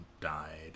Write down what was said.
died